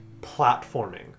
platforming